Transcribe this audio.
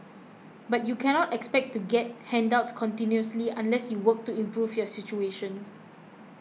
but you cannot expect to get handouts continuously unless you work to improve your situation